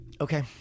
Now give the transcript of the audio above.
Okay